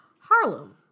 Harlem